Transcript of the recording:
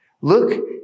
Look